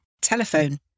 telephone